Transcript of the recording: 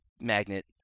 magnet